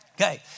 Okay